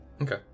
Okay